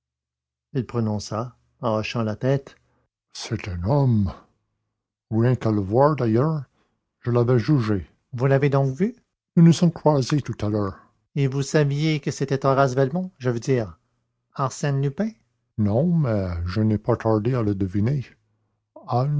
il prononça en hochant la tête c'est un homme rien qu'à le voir d'ailleurs je l'avais jugé vous l'avez donc vu nous nous sommes croisés tout à l'heure et vous saviez que c'était horace velmont je veux dire arsène lupin non mais je n'ai pas tardé à le deviner